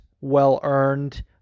well-earned